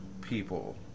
people